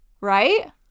right